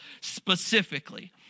specifically